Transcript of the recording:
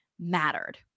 mattered